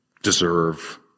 deserve